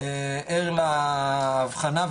ער להבחנה,